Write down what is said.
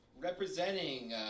Representing